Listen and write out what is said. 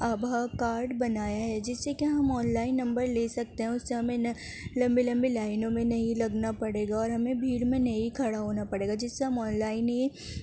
ABHA card بنایا ہے جس سے کہ ہم آن لائن نمبر لے سکتے ہیں اس سے ہمیں نہ لمبی لمبی لائنوں میں نہیں لگنا پڑے گا اور ہمیں بھیڑ میں نہیں کھڑا ہونا پڑے گا جس سے ہم آن لائن ہی